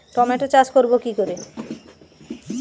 Tomato চাষ করব কি করে?